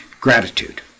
gratitude